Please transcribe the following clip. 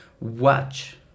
watch